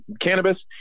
cannabis